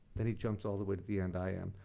then he jumps all the way to the end. i am.